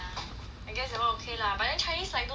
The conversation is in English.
I guess that [one] okay lah but then chinese like don't have leh